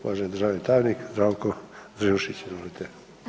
Uvaženi državni tajnik Zdravko Zrinušić, izvolite.